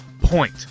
point